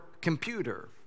computer